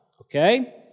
Okay